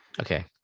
okay